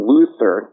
Luther